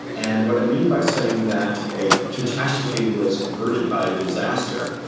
and what i mean by saying that a catastrophe was averted by a disaster.